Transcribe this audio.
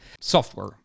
software